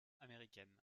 américaine